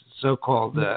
so-called